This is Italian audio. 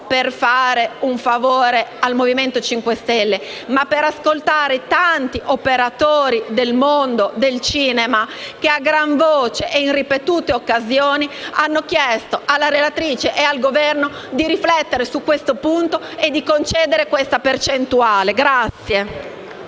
per fare un favore al Movimento 5 Stelle, ma per ascoltare i tanti operatori del mondo del cinema che, a gran voce e in ripetute occasioni, hanno chiesto alla relatrice e al Governo di riflettere su questo punto e di concedere questa percentuale.